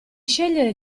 scegliere